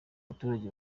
baturage